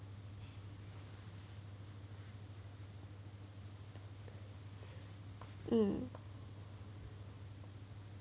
um